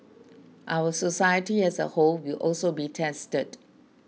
our society as a whole will also be tested